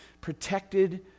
protected